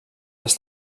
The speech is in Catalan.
les